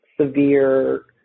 severe